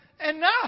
enough